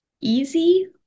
easy